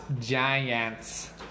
Giants